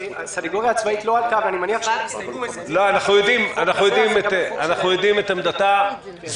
אנחנו יודעים את עמדתה של הסנגוריה הצבאית.